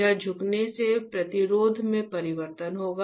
यह झुकने से प्रतिरोध में परिवर्तन होगा